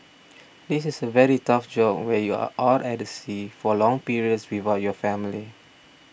this is a very tough job where you are out at the sea for long periods without your family